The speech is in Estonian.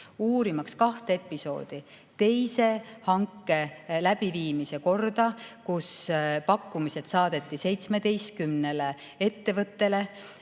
uurimaks kahte episoodi: teise hanke läbiviimise korda, kus pakkumised saadeti 17 ettevõttele,